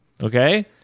Okay